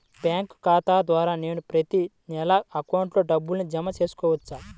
Bank ఖాతా ద్వారా నేను ప్రతి నెల అకౌంట్లో డబ్బులు జమ చేసుకోవచ్చా?